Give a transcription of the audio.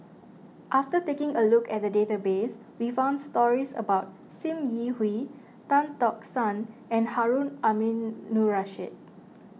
after taking a look at the database we found stories about Sim Yi Hui Tan Tock San and Harun Aminurrashid